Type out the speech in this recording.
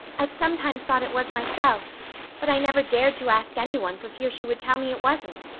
i've sometimes thought it was myself but i never dared to ask anyone for fear she would tell me it wasn't.